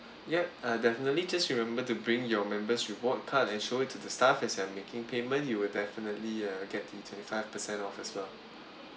yup uh definitely just remember to bring your members reward card and show it to the staff as in making payment you will definitely uh getting twenty five percent off as well